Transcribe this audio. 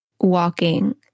walking